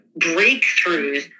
breakthroughs